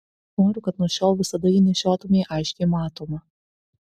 noriu kad nuo šiol visada jį nešiotumei aiškiai matomą